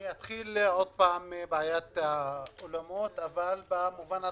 אני אתחיל עם בעיות האולמות אבל במובן הרחב.